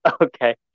Okay